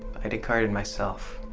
i decarded myself.